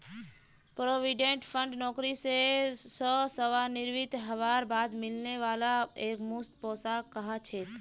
provident fund नौकरी स सेवानृवित हबार बाद मिलने वाला एकमुश्त पैसाक कह छेक